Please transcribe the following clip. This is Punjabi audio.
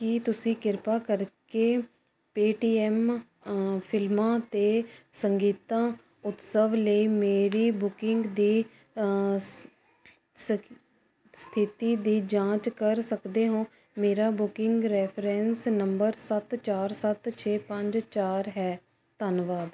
ਕੀ ਤੁਸੀਂ ਕਿਰਪਾ ਕਰਕੇ ਪੇਟੀਐਮ ਫਿਲਮਾਂ 'ਤੇ ਸੰਗੀਤਾਂ ਉਤਸਵ ਲਈ ਮੇਰੀ ਬੁਕਿੰਗ ਦੀ ਸ ਸਥਿਤੀ ਦੀ ਜਾਂਚ ਕਰ ਸਕਦੇ ਹੋਂ ਮੇਰਾ ਬੁਕਿੰਗ ਰੈਫਰੈਂਸ ਨੰਬਰ ਸੱਤ ਚਾਰ ਸੱਤ ਛੇ ਪੰਜ ਚਾਰ ਹੈ